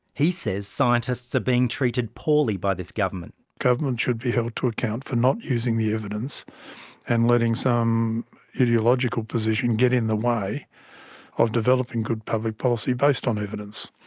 he says scientists are being treated poorly by this government. government should be held to account for not using the evidence and letting some ideological position get in the way of developing good public policy based on evidence.